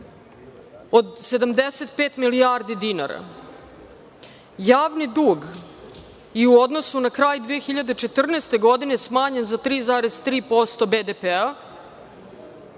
od 75 milijardi dinara. Javni dug je u odnosu na kraj 2014. godine smanjen za 3,3% BDP-a